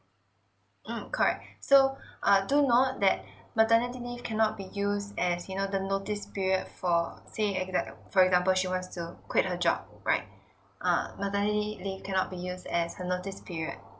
mm correct so uh do know that maternity leave cannot be use as you know the notice period for say exa~ for example she wants to quite her job right err maternity leave cannot be used as her notice period